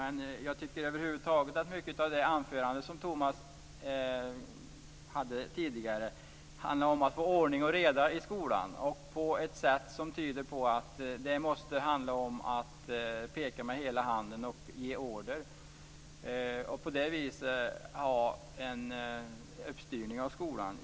Men jag tycker över huvud taget att mycket av det anförande Tomas tidigare höll handlade om att få ordning och reda i skolan på ett sätt som tyder på att det måste handla om att peka med hela handen och ge order och på det viset styra upp skolan.